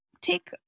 take